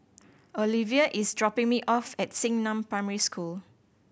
Oliva is dropping me off at Xingnan Primary School